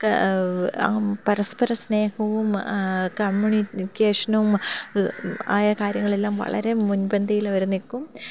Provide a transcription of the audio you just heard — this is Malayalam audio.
പരസ്പര സ്നേഹവും കമ്മ്യൂണിക്കേഷനും ആയ കാര്യങ്ങളെല്ലാം വളരെ മുൻപന്തിയിൽ അവരെ നിൽക്കും